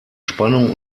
spannung